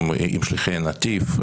עם שליחי נתיב,